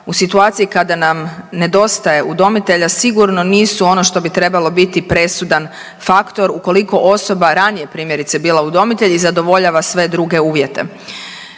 u situaciji kada nam nedostaje udomitelja sigurno nisu ono što bi trebalo biti presudan faktor ukoliko osoba ranije primjerice je bila udomitelj i zadovoljava sve druge uvjete.